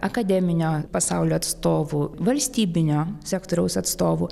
akademinio pasaulio atstovų valstybinio sektoriaus atstovų